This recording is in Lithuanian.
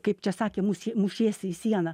kaip čia sakė musė mušiesi į sieną